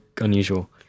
unusual